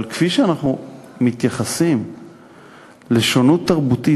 אבל כפי שאנחנו מתייחסים לשונות תרבותית,